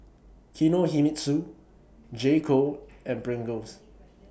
Kinohimitsu J Co and Pringles